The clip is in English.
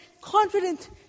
confident